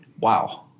Wow